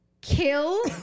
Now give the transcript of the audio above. kill